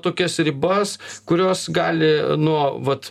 tokias ribas kurios gali nuo vat